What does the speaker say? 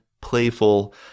playful